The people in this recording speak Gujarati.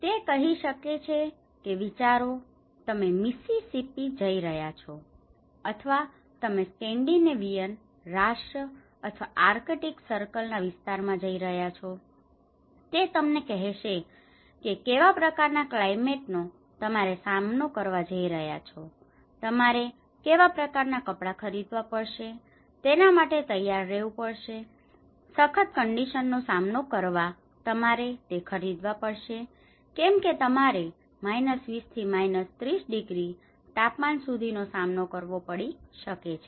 તે કહી શકે છે કે વિચારો તમે મિસ્સીસિપ્પી જઈ રહ્યા છો અથવા તમે સ્કેન્ડિનેવિયન રાષ્ટ્ર અથવા આર્કટિક સર્કલ ના વિસ્તાર માં જઈ રહ્યા છો તે તમને કહેશે કે કે કેવા પ્રકારના ક્લાયમેટ નો તમારે સામનો કરવા જઈ રહ્યા છો તમારે કેવા પ્રકારના કપડાં ખરીદવા પડશે તેના માટે તૈયાર રહેવું પડશે સખત કન્ડિશન નો સામનો કરવા તમારે તે ખરીદવા પડશે કેમકે તમારે 20 થી 30 ડિગ્રી તાપમાન સુધી નો સામનો કરવો પડી શકે છે